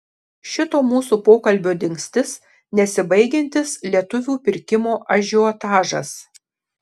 šito mūsų pokalbio dingstis nesibaigiantis lietuvių pirkimo ažiotažas